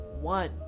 one